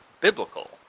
biblical